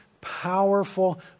powerful